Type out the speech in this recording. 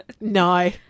no